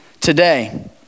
today